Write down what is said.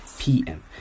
pm